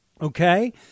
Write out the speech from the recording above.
Okay